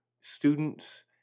students